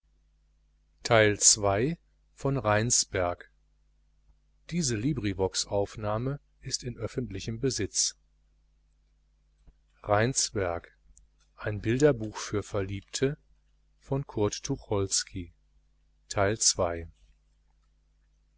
rheinsberg ein bilderbuch für verliebte